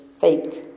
fake